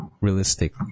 Realistic